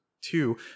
two